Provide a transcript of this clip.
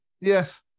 Yes